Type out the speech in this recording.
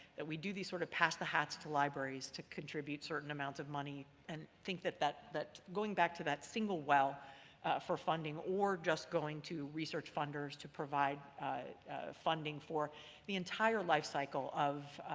that we do these sort of pass-the-hats to libraries to contribute certain amounts of money and think that that going back to that single well for funding or just going to research funders to provide funding for the entire lifecycle of